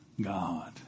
God